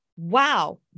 wow